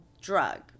drug